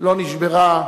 לא נשברה,